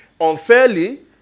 unfairly